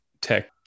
tech